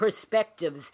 perspectives